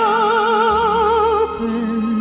open